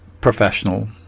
professional